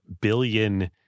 billion